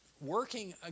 working